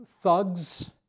thugs